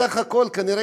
אם תהפוך את זה להצעה